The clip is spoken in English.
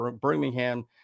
Birmingham